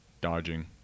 dodging